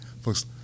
folks